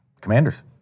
Commanders